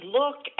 look